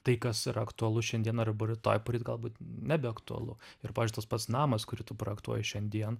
tai kas yra aktualu šiandien arba rytoj poryt galbūt nebeaktualu ir pavyzdžiui tas pats namas kurį tu projektuoji šiandien